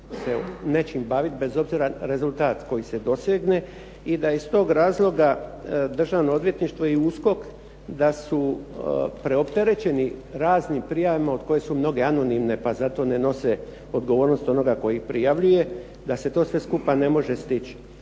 se nečim baviti, bez obzira rezultat koji se dosegne i da iz tog razloga Državno odvjetništvo i USKOK da su preopterećeni raznim prijavama od koje su mnoge anonimne, pa zato ne nose odgovornost onoga tko ih prijavljuje, da se to sve skupa ne može stići.